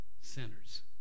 sinners